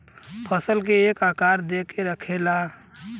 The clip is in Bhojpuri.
फसल के एक आकार दे के रखेला